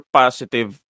positive